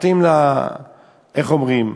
איך אומרים,